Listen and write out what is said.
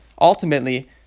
ultimately